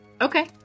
Okay